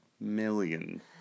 million